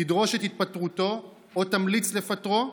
תדרוש את התפטרותו או תמליץ לפטרו?